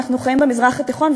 אנחנו חיים במזרח התיכון,